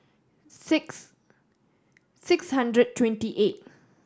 six six hundred twenty eight